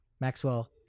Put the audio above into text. Maxwell